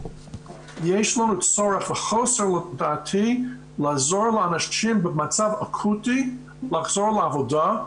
יש לנו צורך וחוסר לדעתי לעזור לאנשים במצב אקוטי לחזור לעבודה,